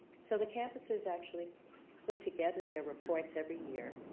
so the campuses actually put together their reports every year.